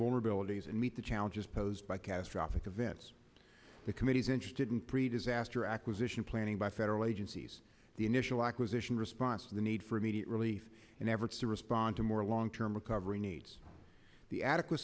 vulnerabilities and meet the challenges posed by catastrophic events the committee's interested in pre disaster acquisition planning by federal agencies the initial acquisition response the need for immediate relief and average to respond to more long term recovery needs the adequa